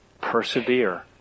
Persevere